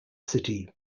city